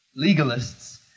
legalists